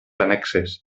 annexes